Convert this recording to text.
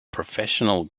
professional